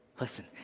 listen